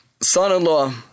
son-in-law